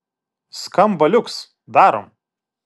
skamba liuks darom